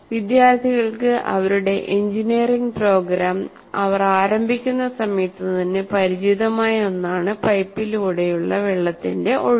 വിദ്യാർത്ഥികൾക്ക് അവരുടെ engineering programme അവർ ആരംഭിക്കുന്ന സമയത്തു തന്നെ പരിചിതമായ ഒന്നാണ് പൈപ്പിലൂടെയുള്ള വെള്ളത്തിന്റെ ഒഴുക്ക്